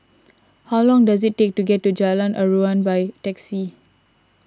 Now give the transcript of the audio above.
how long does it take to get to Jalan Aruan by taxi